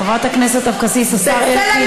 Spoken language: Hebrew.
חברת הכנסת אבקסיס, השר אלקין נמצא שם.